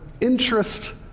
interest